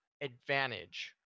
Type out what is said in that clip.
advantage